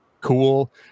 cool